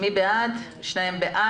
מי בעד אישור הפיצול?